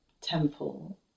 temple